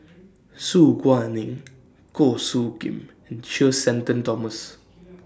Su Guaning Goh Soo Khim and Sir Shenton Thomas